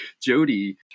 jody